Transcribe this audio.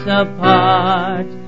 apart